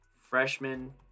freshman